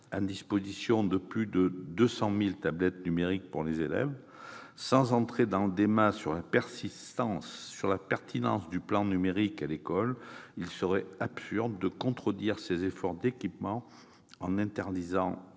à disposition des élèves de plus de 200 000 tablettes numériques. Sans entrer dans le débat sur la pertinence du plan numérique pour l'éducation, il serait absurde de contredire ces efforts d'équipement en interdisant